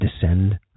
descend